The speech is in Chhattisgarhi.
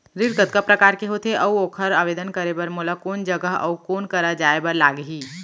ऋण कतका प्रकार के होथे अऊ ओखर आवेदन करे बर मोला कोन जगह अऊ कोन करा जाए बर लागही?